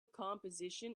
composition